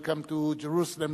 welcome to Jerusalem,